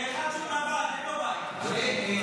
זה אחד שהוא נווד, אין לו בית.